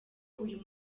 uyu